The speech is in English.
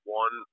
one